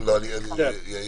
מירה